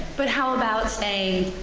but how about saying,